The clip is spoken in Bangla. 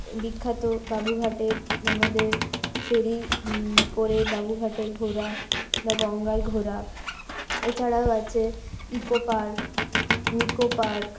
বিখ্যাত বাবুঘাটের আমাদের ফেরি করে বাবুঘাটে ঘোরা গঙ্গায় ঘোরা এছাড়াও আছে ইকো পার্ক নিকো পার্ক